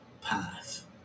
path